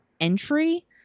entry